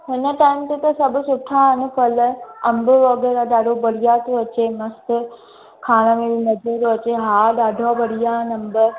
हिन टाइम ते त सभु सुठा आहिनि फल अम्ब वग़ैराह ॾाढो बढ़िया थो अचे मस्तु खाइण में बि मजो अचे हा ॾाढा बढ़िया आहिनि अम्ब